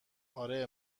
آره